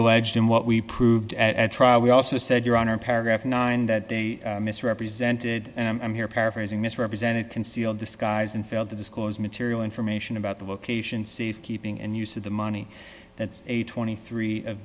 alleged and what we proved at trial we also said your honor paragraph nine that they misrepresented and i'm here paraphrasing misrepresented conceal disguise and failed to disclose material information about the location safekeeping and use of the money that a twenty three